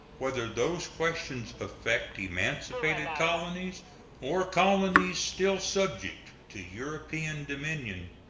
whether those questions affect emancipated colonies or colonies still subject to european dominion.